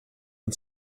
and